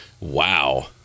Wow